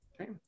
Okay